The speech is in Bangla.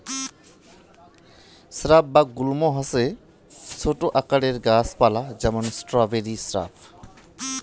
স্রাব বা গুল্ম হসে ছোট আকারের গাছ পালা যেমন স্ট্রবেরি স্রাব